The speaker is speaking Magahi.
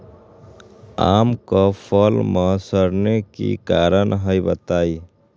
आम क फल म सरने कि कारण हई बताई?